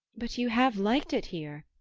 but you have liked it here,